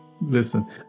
Listen